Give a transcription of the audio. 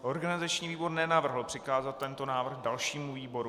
Organizační výbor nenavrhl přikázat tento návrh dalšímu výboru.